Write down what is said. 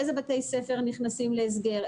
איזה בתי ספר נכנסים להסגר,